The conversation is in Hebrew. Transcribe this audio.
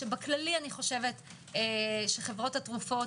שבכללי אני חושבת שחברות התרופות,